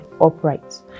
upright